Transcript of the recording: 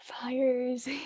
fires